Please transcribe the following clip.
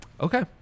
Okay